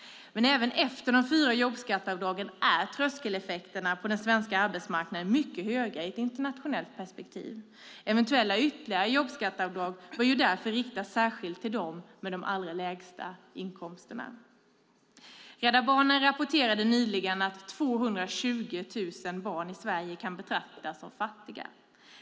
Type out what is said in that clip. Även efter de fyra jobbskatteavdragen är trösklarna på den svenska arbetsmarknaden mycket höga i ett internationellt perspektiv. Eventuella ytterligare jobbskatteavdrag bör därför riktas särskilt till dem med de allra lägsta inkomsterna. Rädda Barnen rapporterade nyligen att 220 000 barn i Sverige kan betraktas som fattiga.